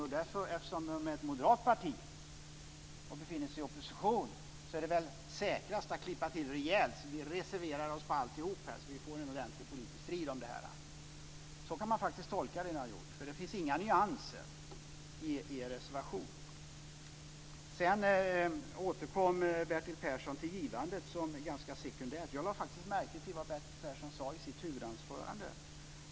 Men eftersom de är ett moderat parti och befinner sig i opposition är det väl säkrast att klippa till rejält och reservera sig mot alltihop för att få en ordentlig politisk strid om det här - så kan man faktiskt tolka vad ni har gjort. Det finns ju inga nyanser i er reservation. Bertil Persson återkommer till givandet som något ganska sekundärt men jag lade faktiskt märke till vad Bertil Persson sade i sitt huvudanförande.